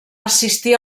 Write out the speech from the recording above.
assistir